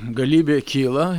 galybė kyla ir